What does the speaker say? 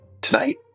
tonight